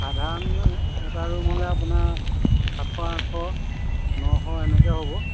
সাধাৰণ এটা ৰুম হ'লে আপোনাৰ সাতশ আঠশ নশ এনেকে হ'ব